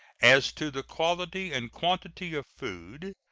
as to the quality and quantity of food,